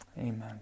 Amen